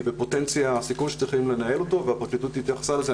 היא בפוטנציה סיכון שצריך לנהל אותו והפרקליטות התייחסה לזה.